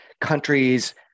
countries